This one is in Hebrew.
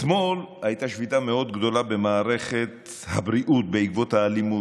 אתמול הייתה שביתה מאוד גדולה במערכת הבריאות בעקבות האלימות.